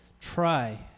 try